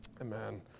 Amen